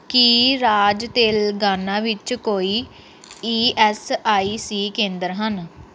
ਕੀ ਰਾਜ ਤੇਲੰਗਾਨਾ ਵਿੱਚ ਕੋਈ ਈ ਐੱਸ ਆਈ ਸੀ ਕੇਂਦਰ ਹਨ